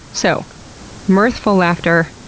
so mirthful laughter,